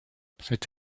cette